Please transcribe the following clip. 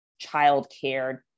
childcare